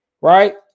right